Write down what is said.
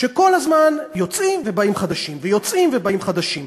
שכל הזמן יוצאים ובאים חדשים, יוצאים ובאים חדשים.